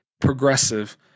progressive